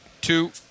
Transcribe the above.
two